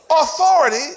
authority